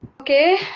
Okay